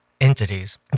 entities